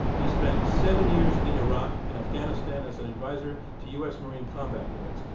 he spent seven years in iraq and afghanistan as an advisor to u. s. marine combat units.